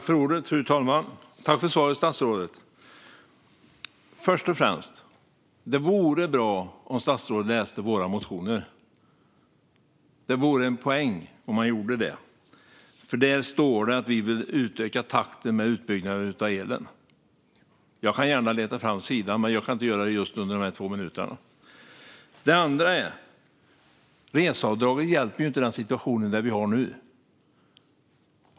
Fru talman! Tack för svaret, statsrådet! För det första vore det bra om statsrådet läste våra motioner. Det vore en poäng om han gjorde det. Där står det att vi vill utöka takten i utbyggnaden av elen. Jag kan gärna leta fram sidan, men jag kan inte göra det just nu under de här två minuterna. För det andra hjälper ju inte reseavdraget i den situation vi har nu.